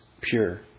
pure